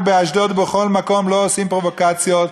באשדוד ובכל מקום לא עושים פרובוקציות,